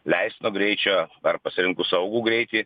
leistino greičio ar pasirinkus saugų greitį